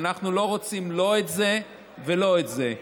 ואנחנו לא רוצים לא את זה ולא את זה.